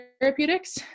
Therapeutics